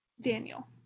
daniel